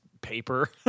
paper